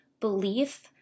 belief